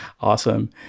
awesome